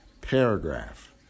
paragraph